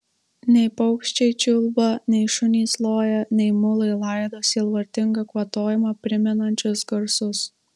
nei paukščiai čiulba nei šunys loja nei mulai laido sielvartingą kvatojimą primenančius garsus